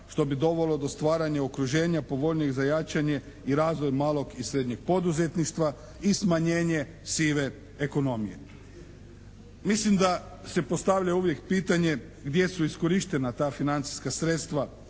što bi dovelo do stvaranja okruženja povoljnijeg za razvoj i jačanje malog i srednjeg poduzetništva i smanjenje sive ekonomije. Mislim da se postavlja uvijek pitanje gdje su iskorištena ta financijska sredstva